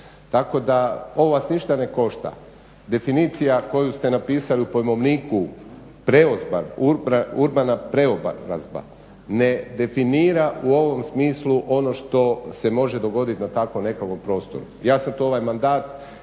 Tako da ovo vas ništa ne košta. Definicija koju ste napisali u pojmovniku urbana preobrazba ne definira u ovom smislu ono što se može dogoditi na takvom nekakvom prostoru. Ja sam tu ovaj mandat,